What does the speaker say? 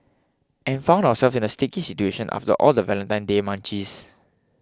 and found ourselves in a sticky situation after all the Valentine Day munchies